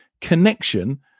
connection